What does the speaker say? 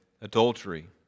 adultery